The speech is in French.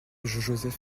joseph